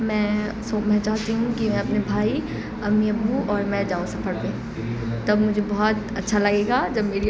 میں سو میں چاہتی ہوں کہ میں اپنے بھائی امی ابو اور میں جاؤں سفر پہ تب مجھے بہت اچھا لگے گا جب میری